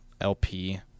LP